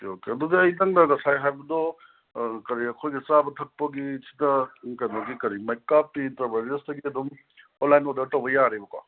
okay okay ꯑꯗꯨꯗꯤ ꯑꯩ ꯅꯪꯅ ꯉꯁꯥꯏ ꯍꯥꯏꯕꯗꯣ ꯀꯔꯤ ꯑꯩꯈꯣꯏꯒꯤ ꯆꯥꯕ ꯊꯛꯄꯒꯤ ꯁꯤꯗ ꯀꯩꯅꯣꯒꯤ ꯀꯔꯤ ꯃꯥꯏꯀꯥꯞꯀꯤ ꯑꯦꯟꯇꯔꯄ꯭ꯔꯥꯏꯁꯦꯁꯇꯒꯤ ꯑꯗꯨꯝ ꯑꯣꯟꯂꯥꯏꯟ ꯑꯣꯗꯔ ꯇꯧꯕ ꯌꯥꯔꯦꯕꯀꯣ